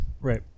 Right